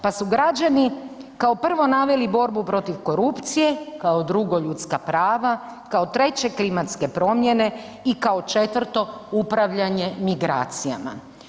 Pa su građani kao prvo naveli borbu protiv korupcije, kao drugo ljudska prava, kao treće klimatske promjene i kao četvrto upravljanje migracijama.